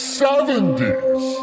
70s